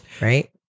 right